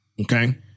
Okay